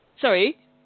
Sorry